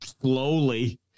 slowly